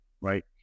right